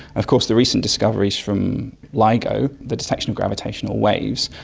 of course, the recent discoveries from ligo, the detection of gravitational waves,